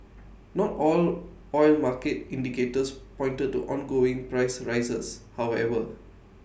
not all oil market indicators pointed to ongoing price rises however